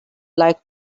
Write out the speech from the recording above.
like